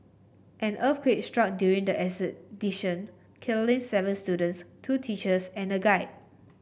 an earthquake struck during the expedition killing seven students two teachers and a guide